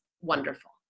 wonderful